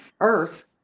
Earth